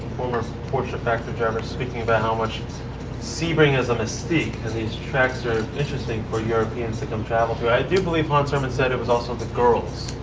former porsche factory driver speaking about how much sebring has a mystique. and these tracks are interesting for europeans to come travel to. i do believe hans hermann said it was also the girls.